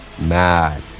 mad